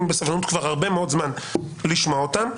בסבלנות כבר הרבה מאוד זמן לשמוע אותם.